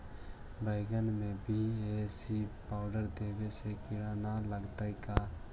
बैगन में BAC powder देबे से किड़ा न लगतै का?